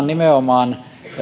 nimenomaan